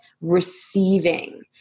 receiving